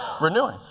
Renewing